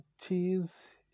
cheese